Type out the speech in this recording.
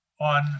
on